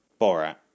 Borat